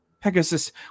Pegasus